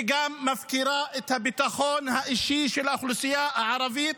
היא גם מפקירה את הביטחון האישי של האוכלוסייה הערבית.